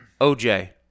OJ